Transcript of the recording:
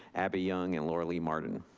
abby young and laura leigh martin.